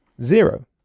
Zero